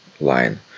line